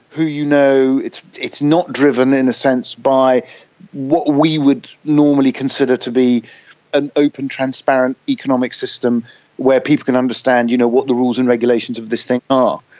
who you know. it's it's not a driven, in a sense, by what we would normally consider to be an open, transparent, economic system where people can understand you know what the rules and regulations of these things are.